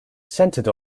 centered